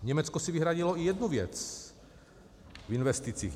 Německo si vyhradilo i jednu věc v investicích.